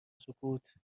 سکوت